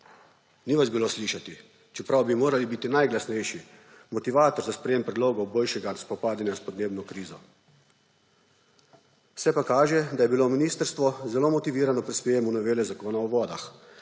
Ni vas bilo slišati, čeprav bi morali biti najglasnejši, motivator za sprejem predlogov boljšega spopadanja s podnebno krizo. Se pa kaže, da je bilo ministrstvo zelo motivirano pri sprejemu novele Zakona o vodah,